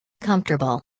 Comfortable